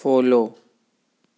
follow